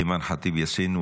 אימאן ח'טיב יאסין,